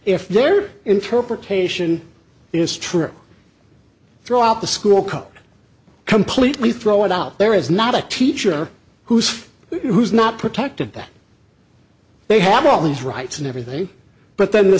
if their interpretation is true throughout the school cut completely throw it out there is not a teacher who's who's not protected that they have all these rights and everything but then the